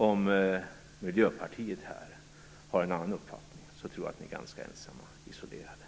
Om Miljöpartiet har en annan uppfattning, tror jag att det är ganska ensamt och isolerat.